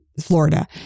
Florida